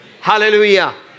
Hallelujah